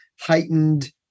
heightened